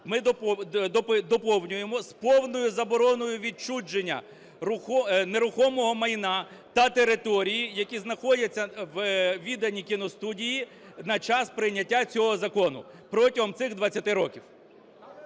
ми доповнюємо, з повною забороною відчуження нерухомого майна та територій, які знаходяться у віданні кіностудії на час прийняття цього закону протягом цих 20 років.